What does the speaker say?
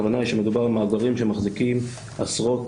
הכוונה היא שמדובר במאגרים שמחזיקים עשרות